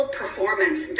performance